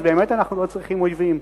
אז באמת אנחנו לא צריכים אויבים.